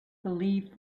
believed